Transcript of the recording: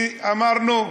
כי אמרנו,